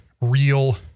real